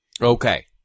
Okay